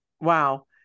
Wow